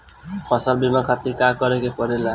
फसल बीमा खातिर का करे के पड़ेला?